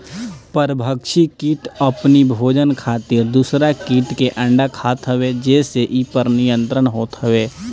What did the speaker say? परभक्षी किट अपनी भोजन खातिर दूसरा किट के अंडा खात हवे जेसे इ पर नियंत्रण होत हवे